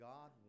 God